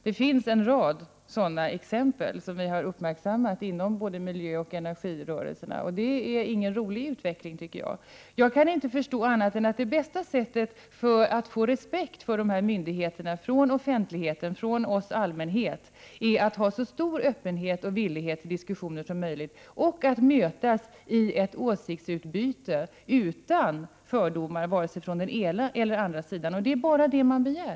Det finns en rad exempel som vi har uppmärksammat inom både miljörörelsen och energirörelsen. Det är ingen rolig utveckling, tycker jag. Jag kan inte förstå annat än att det bästa sättet att få respekt för dessa myndigheter från offentligheten och från allmänheten är att ha så stor öppenhet i diskussionen som möjligt och att mötas i ett åsiktsutbyte utan fördomar från vare sig den ena eller den andra sidan. Det är bara detta man begär.